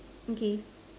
okay